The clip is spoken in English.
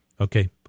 Okay